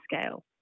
scale